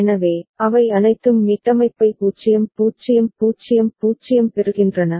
எனவே அவை அனைத்தும் மீட்டமைப்பை 0 0 0 0 பெறுகின்றன